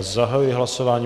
Zahajuji hlasování.